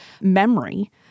memory